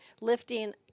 lifting